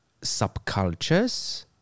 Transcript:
subcultures